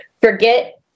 Forget